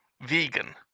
Vegan